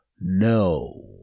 no